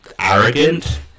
arrogant